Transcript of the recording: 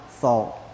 thought